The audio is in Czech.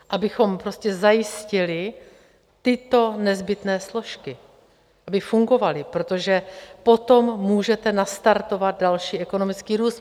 Abychom prostě zajistili tyto nezbytné složky, aby fungovaly, protože potom můžete nastartovat další ekonomický růst.